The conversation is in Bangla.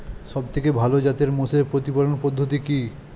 সবথেকে ভালো জাতের মোষের প্রতিপালন পদ্ধতি কি?